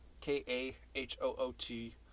K-A-H-O-O-T